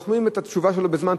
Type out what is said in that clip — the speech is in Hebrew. תוחמים את התשובה שלו בזמן,